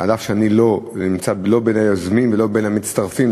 אף שאני לא נמצא לא בין היוזמים ולא בין המצטרפים.